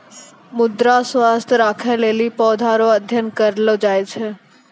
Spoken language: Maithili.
मृदा स्वास्थ्य राखै लेली पौधा रो अध्ययन करलो जाय छै